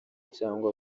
cyangwa